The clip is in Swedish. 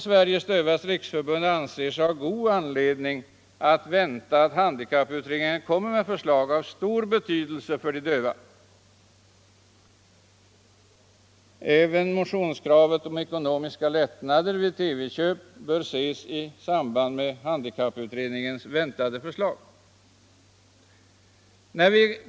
Sveriges dövas riksförbund anser sig ha god anledning att förvänta att handikapputredningen kommer med förslag av stor betydelse för de döva. Även motionskravet om ekonomisk lättnad vid TV-köp bör ses i samband med handikapputredningens väntade förslag.